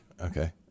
Okay